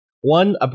One